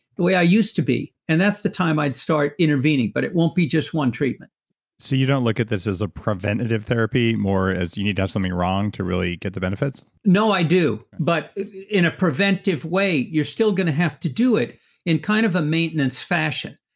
the way i used to be and that's the time i'd start intervening, but it won't be just one treatment so you don't look at this as a preventative therapy, more as you need to have something wrong to really get the benefits? no, i do, but in a preventive way, you're still going to have to do it in kind of a maintenance fashion.